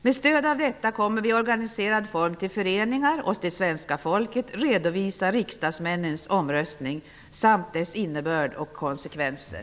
Med stöd av det kommer vi att i organiserad form till föreningar och svenska folket redovisa riksdagsmännens omröstning samt dess innebörd och konsekvenser.